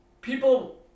people